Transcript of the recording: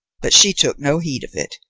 but she took no heed of it,